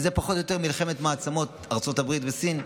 זה פחות או יותר מלחמת מעצמות, ארצות הברית וסין,